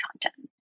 content